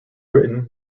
written